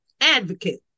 advocate